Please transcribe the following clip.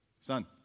son